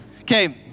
Okay